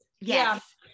Yes